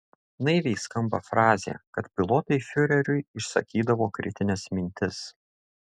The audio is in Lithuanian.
naiviai skamba frazė kad pilotai fiureriui išsakydavo kritines mintis